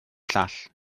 llall